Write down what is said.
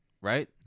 right